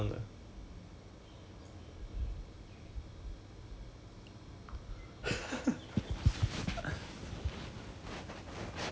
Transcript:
对 lor ya we were we were the three of us we were screwed by the instructor 那个 instructor 不是 suan 也不是那个 Daniel it's a new one it's a new instructor called Andy